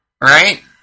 Right